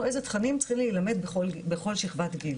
איזה תכנים צריכים להילמד בכל שכבת גיל.